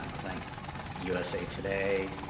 thank usa today,